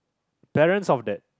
balance of that